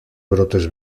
brotes